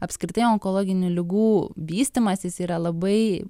apskritai onkologinių ligų vystymasis yra labai